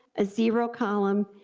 a zero column,